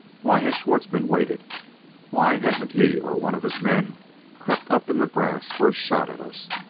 why has schwartzmann waited why hasn't he or one of his men crept up in the grass for a shot at us?